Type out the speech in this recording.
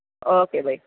okay bye